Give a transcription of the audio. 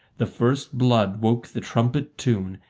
the first blood woke the trumpet-tune,